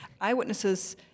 eyewitnesses